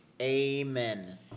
Amen